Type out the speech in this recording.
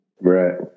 Right